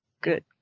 good